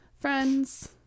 friends